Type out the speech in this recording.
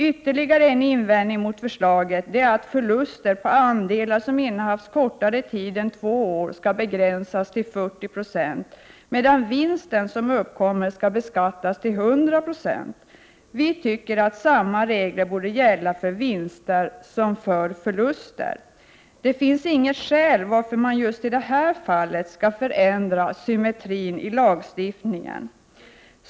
Ytterligare en invändning mot förslaget är att förluster på andelar sonj innehafts kortare tid än två år skall begränsas till 40 96, medan vinst sonj uppkommer skall beskattas till 100 96. Vi tycker att samma regler borde gälld för vinster som för förluster. Det finns inget skäl till att just i det här falle förändra symmetrin i lagstiftningen.